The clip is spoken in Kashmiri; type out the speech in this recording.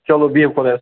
چلو بِہِو خۄدایَس